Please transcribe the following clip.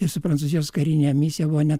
ir su prancūzijos karine misija buvo net